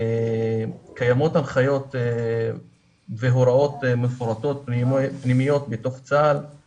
קיימות הנחיות והוראות מפורטות פנימיות בתוך צבא ההגנה לישראל,